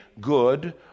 good